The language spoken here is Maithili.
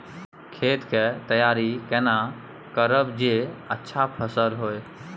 खेत के तैयारी केना करब जे अच्छा फसल होय?